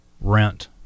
rent